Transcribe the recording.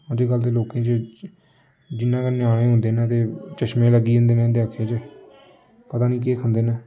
अजकल्ल दे लोकें च जिन्ना गै ञ्याणे होंदे न ते चश्मे लग्गी जंदे न उं'दे अक्खें च पता निं केह् खंदे न